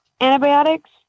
antibiotics